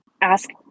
ask